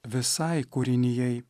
visai kūrinijai